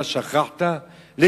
שכחת, מולה?